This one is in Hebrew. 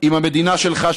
אם המדינה שלך,